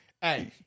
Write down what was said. Hey